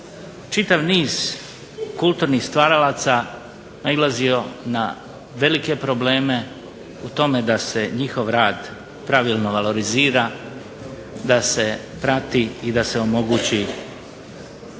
čitav niz kulturnih stvaralaca nailazio na velike probleme u tome da se njihov rad pravilno valorizira, da se prati i da se omogući